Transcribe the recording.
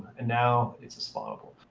and now it's a spawnable.